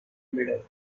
middle